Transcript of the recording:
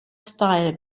style